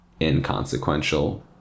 inconsequential